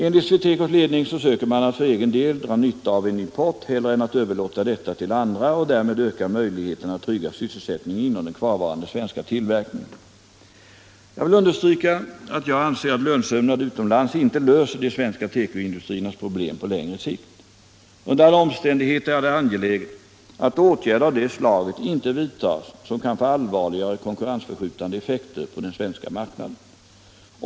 Enligt SweTecos ledning söker man att för egen del dra nytta av en import hellre än att överlåta detta till andra och därmed öka möjligheterna att trygga sysselsättningen inom den kvarvarande svenska tillverkningen. Jag vill understryka att jag anser att lönsömnad utomlands inte löser de svenska tekoindustriernas problem på längre sikt. Under alla omständigheter är det angeläget att åtgärder av det slaget inte vidtas som kan få allvarligare konkurrensförskjutande effekter på den svenska marknaden.